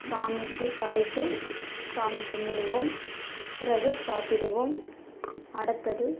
சாமிக்கு படைத்து சாமி கும்பிடுவோம் பிறகு சாப்பிடுவோம் அடுத்தது